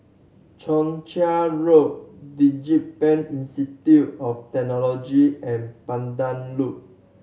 Joo Chiat Road DigiPen Institute of Technology and Pandan Loop